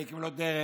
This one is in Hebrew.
זה הקים לו דרך,